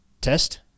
test